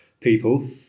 people